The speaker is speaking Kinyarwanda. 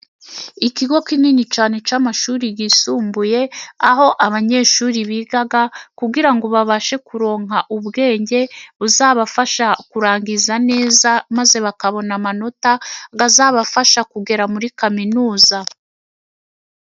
Ikigo kinini cyane cy'amashuri yisumbuye aho abanyeshuri biga kugira ngo babashe kuronka ubwenge, buzabafasha kurangiza neza ,maze bakabona amanota azabafasha kugera muri kaminuza.